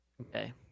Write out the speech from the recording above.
Okay